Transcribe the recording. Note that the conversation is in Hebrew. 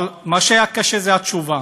אבל מה שהיה קשה זה התשובה,